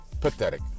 pathetic